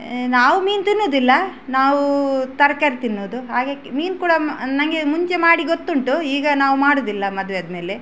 ನಾವು ಮೀನು ತಿನ್ನುವುದಿಲ್ಲ ನಾವು ತರಕಾರಿ ತಿನ್ನೋದು ಹಾಗೆ ಮೀನು ಕೂಡ ನನಗೆ ಮುಂಚೆ ಮಾಡಿ ಗೊತ್ತುಂಟು ಈಗ ನಾವು ಮಾಡುವುದಿಲ್ಲ ಮದುವೆ ಆದಮೇಲೆ